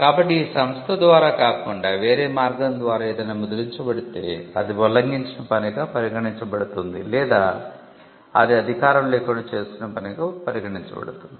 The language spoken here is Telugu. కాబట్టి ఈ సంస్థ ద్వారా కాకుండా వేరే మార్గం ద్వారా ఏదైనా ముద్రించబడితే అది ఉల్లంఘించిన పనిగా పరిగణించబడుతుంది లేదా అది అధికారం లేకుండా చేసిన పనిగా పరిగణించబడుతుంది